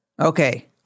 Okay